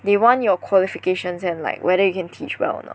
they want your qualifications and like whether you can teach well or not